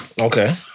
Okay